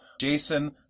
Jason